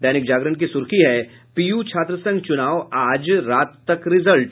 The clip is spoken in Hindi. दैनिक जागरण की सुर्खी है पीयू छात्र संघ चुनाव आज रात तक रिजल्ट